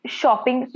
shopping